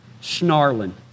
snarling